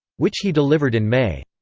which he delivered in may.